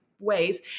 ways